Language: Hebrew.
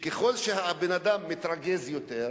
אנחנו לא רוצים לזעזע את העולם מבחינת סדרי שוק,